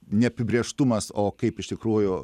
neapibrėžtumas o kaip iš tikrųjų